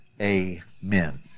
Amen